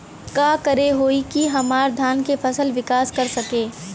का करे होई की हमार धान के फसल विकास कर सके?